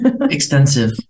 extensive